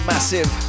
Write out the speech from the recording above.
Massive